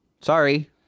Sorry